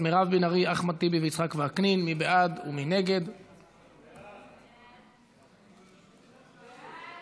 2018, לוועדה המיוחדת לזכויות הילד